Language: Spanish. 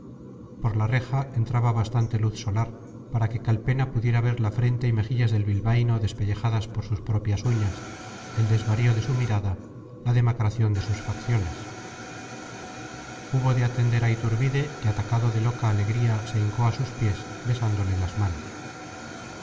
por la reja entraba bastante luz solar para que calpena pudiera ver la frente y mejillas del bilbaíno despellejadas por sus propias uñas el desvarío de su mirada la demacración de sus facciones hubo de atender a iturbide que atacado de loca alegría se hincó a sus pies besándole las manos